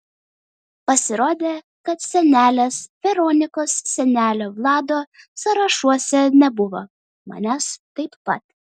pasirodė kad senelės veronikos senelio vlado sąrašuose nebuvo manęs taip pat